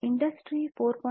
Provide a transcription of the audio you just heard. industry 4